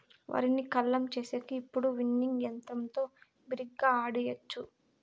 వరిని కల్లం చేసేకి ఇప్పుడు విన్నింగ్ యంత్రంతో బిరిగ్గా ఆడియచ్చు